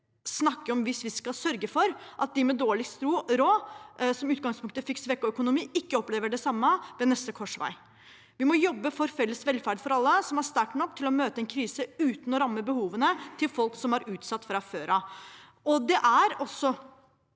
snakke om hvis vi skal sørge for at de med dårligst råd, som i utgangspunktet fikk svekket økonomi, ikke skal oppleve det samme ved neste korsvei. Vi må jobbe for en felles velferd for alle som er sterk nok til å møte en krise uten å ramme behovene til folk som er utsatt fra før. Det er også